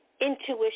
intuition